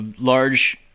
large